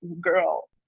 girl